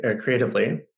creatively